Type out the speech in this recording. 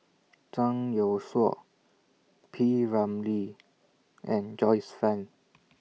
Zhang Youshuo P Ramlee and Joyce fan